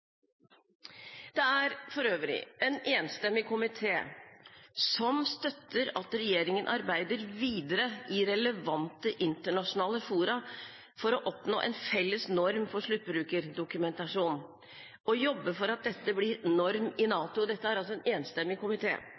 Det er for øvrig en enstemmig komité som støtter at regjeringen arbeider videre i relevante internasjonale fora for å oppnå en felles norm for sluttbrukerdokumentasjon, og jobber for at dette blir norm i NATO. Det er altså en enstemmig